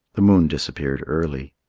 the moon disappeared early.